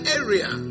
area